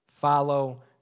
Follow